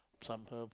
some herb